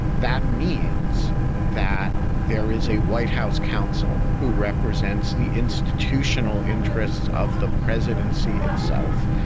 that means that there is a white house counsel who represents the institutional interests of the presidency itself.